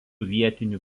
vietinių